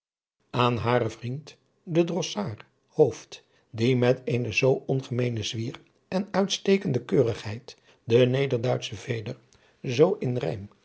aan haren vriend den drosfaard hooft die met eenen zoo ongemeenen zwier en uitstekende keurigheid de nederduitsche veder zoo in rijm